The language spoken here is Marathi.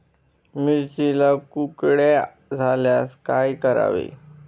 मिरचीला कुकड्या झाल्यास काय करावे?